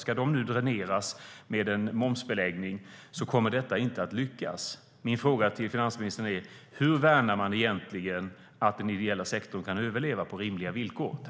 Ska de nu dräneras med en momsbeläggning kommer detta inte att lyckas.